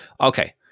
Okay